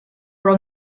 però